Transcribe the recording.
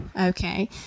okay